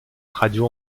radio